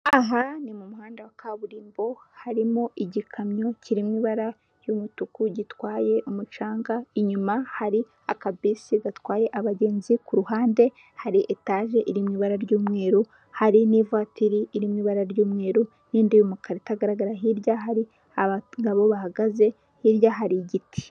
Aha ni mu muhanda wa kaburimbo, harimo igikamyo kiri mu ibara ry'umutuku gitwaye umucanga, inyuma hari akabisi gatwaye abagenzi, ku ruhande hari etaje iri mu ibara ry'umweru, hari n'ivatiri iri mu ibara ry'umweru, n'indi y'umukara itagaragara, hirya hari abagabo bahagaze, hirya hari igiti.